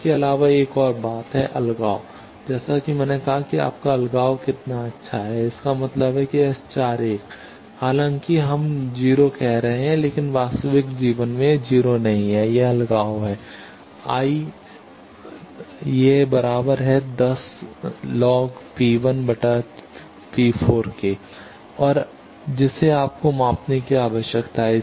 इसके अलावा एक और बात है अलगाव जैसा कि मैंने कहा कि आपका अलगाव कितना अच्छा है इसका मतलब है कि S4 1 हालांकि हम 0 कह रहे हैं लेकिन वास्तविक जीवन में यह 0 नहीं है यह अलगाव है और जिसे आपको मापने की आवश्यकता है